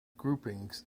groupings